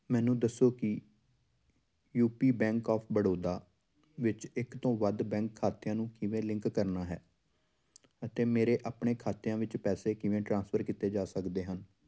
ਮੈਨੂੰ ਦੱਸੋ ਕਿ ਯੂਪੀ ਬੈਂਕ ਆਫ ਬੜੌਦਾ ਵਿੱਚ ਇੱਕ ਤੋਂ ਵੱਧ ਬੈਂਕ ਖਾਤਿਆਂ ਨੂੰ ਕਿਵੇਂ ਲਿੰਕ ਕਰਨਾ ਹੈ ਅਤੇ ਮੇਰੇ ਆਪਣੇ ਖਾਤਿਆਂ ਵਿੱਚ ਪੈਸੇ ਕਿਵੇਂ ਟ੍ਰਾਂਸਫਰ ਕੀਤੇ ਜਾ ਸਕਦੇ ਹਨ